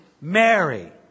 Mary